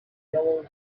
yellow